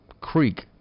creek